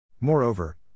Moreover